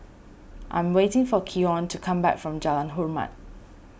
I'm waiting for Keon to come back from Jalan Hormat